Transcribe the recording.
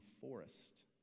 forest